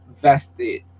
vested